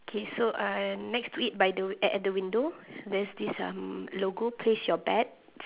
okay so uh next to it by the w~ a~ at the window there's this um logo place your bets